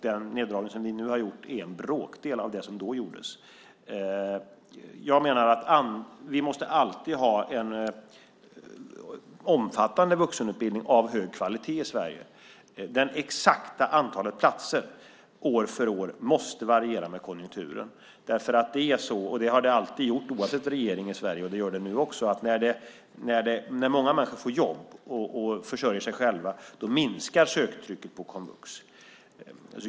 Den neddragning som vi nu har gjort är en bråkdel av den som då gjordes. Vi måste alltid ha en omfattande vuxenutbildning av hög kvalitet i Sverige. Det exakta antalet platser år från år måste variera med konjunkturen. Det är så. Det har det alltid gjort oavsett regering i Sverige, och så gör det nu också. När många människor får jobb och försörjer sig själva minskar söktrycket på komvux.